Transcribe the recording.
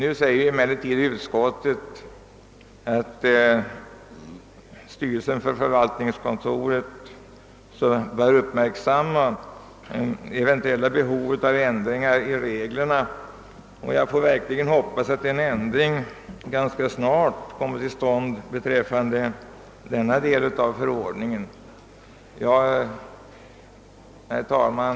Utskottet skriver nu att styrelsen för förvaltningskontoret bör uppmärksamma eventuella behov av ändringar i reglerna, och man får verkligen hoppas att en ändring kommer till stånd ganska snart i vad gäller denna del av förslaget. Herr talman!